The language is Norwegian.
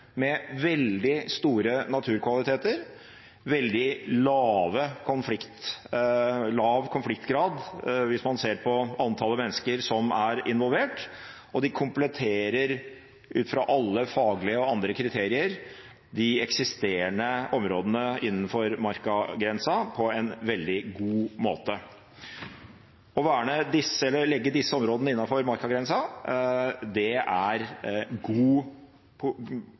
med veldig store naturkvaliteter, veldig lav konfliktgrad hvis man ser på antallet mennesker som er involvert, og de kompletterer, ut fra alle faglige og andre kriterier, de eksisterende områdene innenfor markagrensen på en veldig god måte. Å legge disse områdene innenfor markagrensen er god regionutvikling, og det